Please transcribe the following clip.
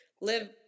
Live